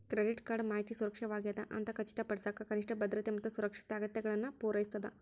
credit card ಮಾಹಿತಿ ಸುರಕ್ಷಿತವಾಗ್ಯದ ಅಂತ ಖಚಿತಪಡಿಸಕ ಕನಿಷ್ಠ ಭದ್ರತೆ ಮತ್ತ ಸುರಕ್ಷತೆ ಅಗತ್ಯತೆಗಳನ್ನ ಪೂರೈಸ್ತದ